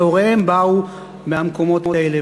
שהוריהם באו מהמקומות האלה.